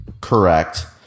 Correct